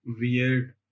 weird